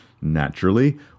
Naturally